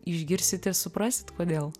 išgirsite suprasit kodėl